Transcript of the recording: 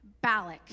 Balak